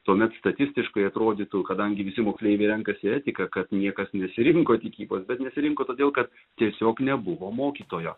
tuomet statistiškai atrodytų kadangi visi moksleiviai renkasi etiką kad niekas nesirinko tikybos bet nesirinko todėl kad tiesiog nebuvo mokytojo